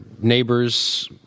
Neighbors